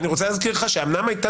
אני רוצה להזכיר לך שאומנם הייתה